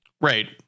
Right